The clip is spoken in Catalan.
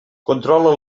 controla